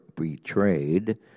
betrayed